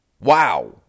Wow